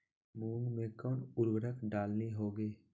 मूंग में कौन उर्वरक डालनी होगी?